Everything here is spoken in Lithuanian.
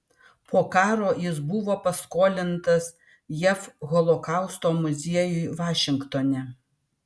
po karo jis buvo paskolintas jav holokausto muziejui vašingtone